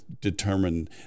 determine